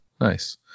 Nice